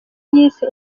yise